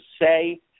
say